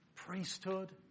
priesthood